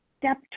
Step